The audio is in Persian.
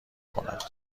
کند